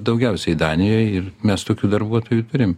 daugiausiai danijoj ir mes tokių darbuotojų turim